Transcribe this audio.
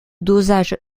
dosages